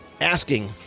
asking